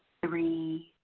three,